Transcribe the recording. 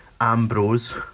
Ambrose